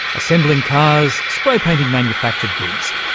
assembling cars, spray painting manufactured goods,